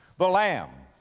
the lamb,